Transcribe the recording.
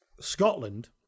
Scotland